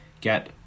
get